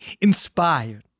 inspired